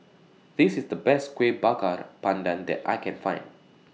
This IS The Best Kueh Bakar Pandan that I Can Find